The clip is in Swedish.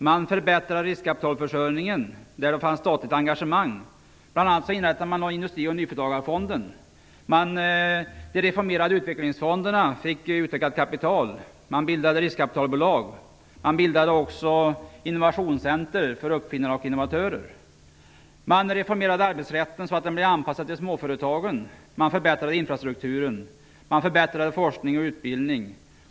Man förbättrade riskkapitalförsörjningen där det fanns statligt engagemang. Bl.a. inrättades Industrioch nyföretagarfonden. De reformerade utvecklingsfonderna fick utökat kapital. Riskkapitalbolag bildades, och innovationscenter för uppfinnare och innovatörer inrättades. Man reformerade arbetsrätten så att den blev anpassad till småföretagen. Man förbättrade infrastrukturen. Man förbättrade forskning och utbildning.